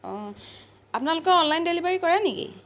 আপোনালোকে online delivery কৰে নিকি